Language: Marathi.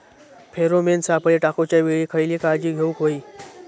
फेरोमेन सापळे टाकूच्या वेळी खयली काळजी घेवूक व्हयी?